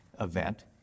event